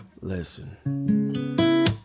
Listen